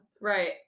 Right